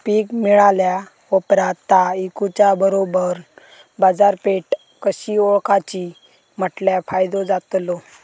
पीक मिळाल्या ऑप्रात ता इकुच्या बरोबर बाजारपेठ कशी ओळखाची म्हटल्या फायदो जातलो?